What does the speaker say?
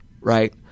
right